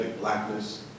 blackness